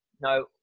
no